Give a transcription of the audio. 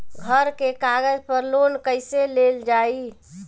घर के कागज पर लोन कईसे लेल जाई?